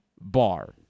bar